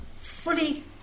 fully